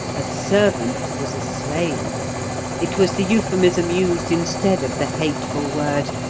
a servant was a slave it was the euphemism used instead of the hateful word,